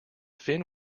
fin